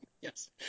Yes